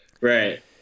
Right